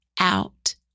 out